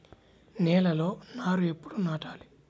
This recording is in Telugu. నేలలో నారు ఎప్పుడు నాటాలి?